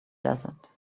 desert